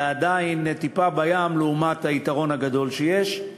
זה עדיין טיפה בים לעומת היתרון הגדול שיש,